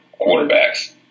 quarterbacks